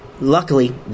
luckily